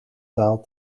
taal